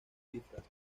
cifras